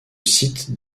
site